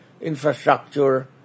infrastructure